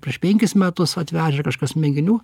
prieš penkis metus atvežę kažkas mėginių